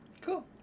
Cool